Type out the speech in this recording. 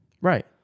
Right